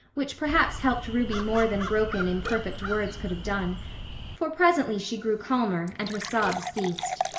which perhaps helped ruby more than broken, imperfect words could have done for presently she grew calmer and her sobs ceased.